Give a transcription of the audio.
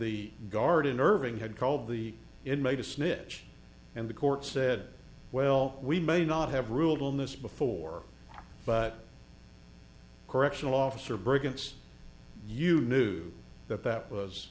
the guard in irving had called the inmate a snitch and the court said well we may not have ruled on this before but correctional officer brigance you knew that that was